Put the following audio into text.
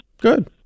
Good